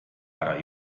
ära